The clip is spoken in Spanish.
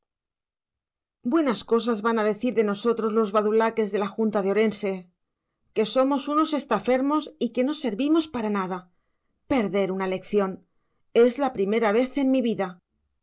buenas cosas van a decir de nosotros los badulaques de la junta de orense que somos unos estafermos y que no servimos para nada perder una elección es la primera vez de mi vida